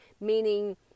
meaning